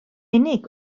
unig